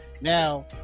Now